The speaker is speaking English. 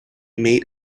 made